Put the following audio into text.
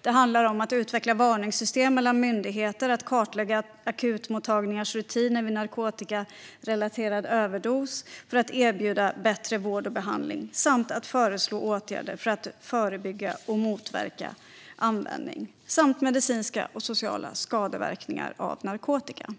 Det handlar om att utveckla varningssystem mellan myndigheter, att kartlägga akutmottagningars rutiner vid narkotikarelaterad överdos för att erbjuda bättre vård och behandling samt att föreslå åtgärder för att förebygga och motverka användning samt medicinska och sociala skadeverkningar av narkotika.